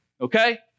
Okay